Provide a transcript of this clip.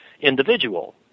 individual